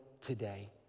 today